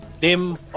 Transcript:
dim